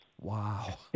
Wow